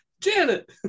janet